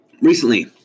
Recently